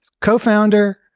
co-founder